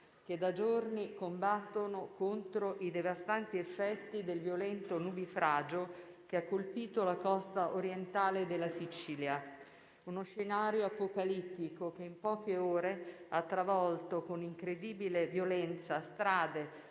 che da giorni combattono contro i devastanti effetti del violento nubifragio che ha colpito la costa orientale della Sicilia. Uno scenario apocalittico, che in poche ore ha travolto, con incredibile violenza, strade,